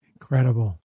Incredible